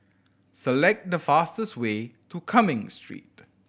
select the fastest way to Cumming Street